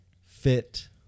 fit